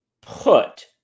put